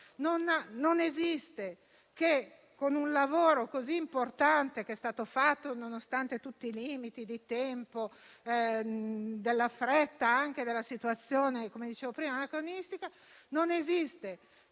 possibile che con il lavoro così importante che è stato fatto, nonostante tutti i limiti di tempo, dettati della fretta o dalla situazione - come dicevo prima - anacronistica, non si riesca